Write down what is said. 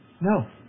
No